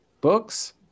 Books